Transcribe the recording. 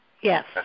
Yes